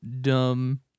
dumb